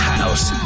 House